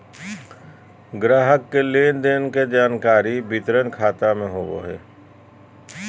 ग्राहक के लेन देन के जानकारी वितरण खाता में होबो हइ